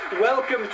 Welcome